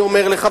אני אומר לך,